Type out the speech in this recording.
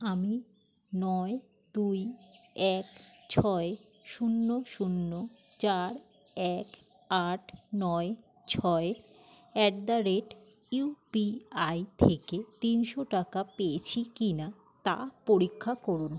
আমি নয় দুই এক ছয় শূন্য শূন্য চার এক আট নয় ছয় অ্যাট দা রেট ইউপিআই থেকে তিনশো টাকা পেয়েছি কি না তা পরীক্ষা করুন